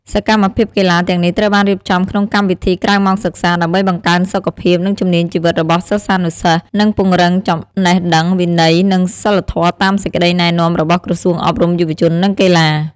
សកម្មភាពកីឡាទាំងនេះត្រូវបានរៀបចំក្នុងកម្មវិធីក្រៅម៉ោងសិក្សា ដើម្បីបង្កើនសុខភាព និងជំនាញជីវិតរបស់សិស្សានុសិស្ស និងពង្រឹងចំណេះដឹង វិន័យ និងសីលធម៌តាមសេចក្តីណែនាំរបស់ក្រសួងអប់រំ យុវជន និងកីឡា។